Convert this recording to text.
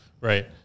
Right